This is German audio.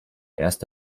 erst